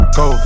go